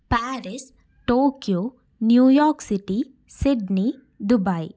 Paris Tokyo New York city Sydney Dubai